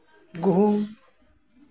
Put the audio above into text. ᱜᱩᱦᱩᱢ